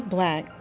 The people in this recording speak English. Black